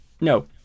No